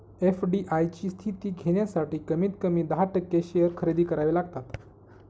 FDI ची स्थिती घेण्यासाठी कमीत कमी दहा टक्के शेअर खरेदी करावे लागतात